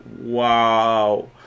wow